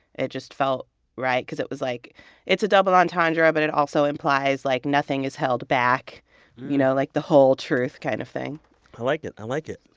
it just felt right because it was, like it's a double entendre. but it also implies, like, nothing is held back you know, like the whole-truth kind of thing i like it. i like it.